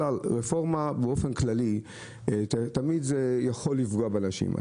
רפורמה באופן כללי יכולה לפגוע באנשים מסוימים.